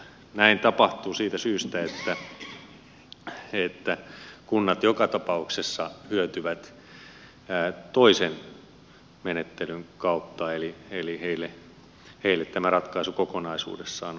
näin tapahtuu siitä syystä että kunnat joka tapauksessa hyötyvät toisen menettelyn kautta eli heille tämä ratkaisu kokonaisuudessaan on edullinen